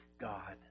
God